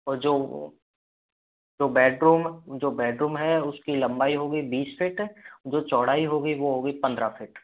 और जो जो बैडरूम जो बैडरूम है उसकी लम्बाई होगी बीस फ़ीट जो चौड़ाई होगी वो होगी पन्द्रह फीट